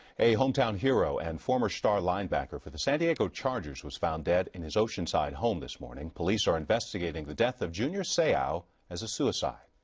a hometown hero and former star linebacker for the san diego chargers was found dead in his oceanside home this morning. police are investigating the death of junior seau ah as a suicide.